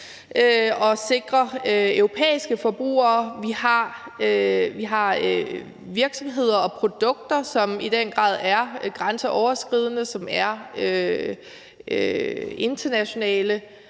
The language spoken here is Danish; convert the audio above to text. at sikre europæiske forbrugere. Vi har virksomheder og produkter, som i den grad er grænseoverskridende, og som er internationale